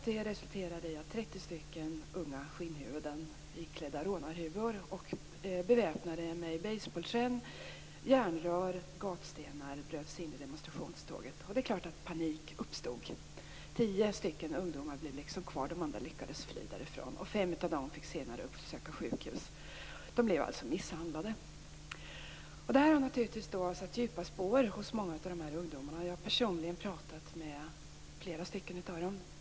Det resulterade i att 30 unga skinnhuvuden iklädda rånarhuvor och beväpnade med basebollträn, järnrör och gatstenar, bröt sig in i demonstrationståget. Det är klart att panik uppstod. Tio ungdomar blev liksom kvar. De andra lyckades fly därifrån. Fem av ungdomarna fick senare uppsöka sjukhus. De blev alltså misshandlade. Det här har naturligtvis satt djupa spår hos många av de här ungdomarna. Jag har personligen pratat med flera av dem.